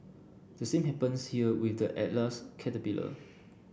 the same happens here with the Atlas caterpillar